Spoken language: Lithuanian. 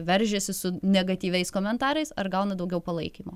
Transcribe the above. veržiasi su negatyviais komentarais ar gaunat daugiau palaikymo